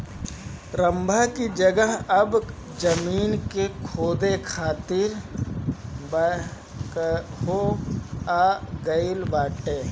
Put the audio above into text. रम्भा की जगह अब जमीन के खोदे खातिर बैकहो आ गईल बाटे